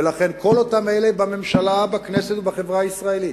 ולכן כל אותם אלה בממשלה, בכנסת ובחברה הישראלית